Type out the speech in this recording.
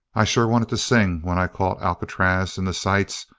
i sure wanted to sing when i caught alcatraz in the sights.